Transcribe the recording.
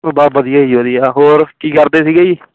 ਬਸ ਵਧੀਆ ਜੀ ਵਧੀਆ ਹੋਰ ਕੀ ਕਰਦੇ ਸੀਗੇ ਜੀ